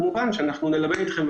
כמובן שאנחנו נלווה אתכם,